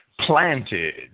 planted